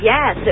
Yes